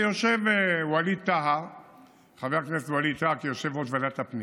ויושב חבר הכנסת ווליד טאהא כיושב-ראש ועדת הפנים,